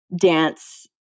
dance